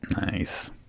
Nice